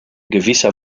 gewisser